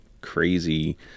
crazy